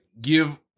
give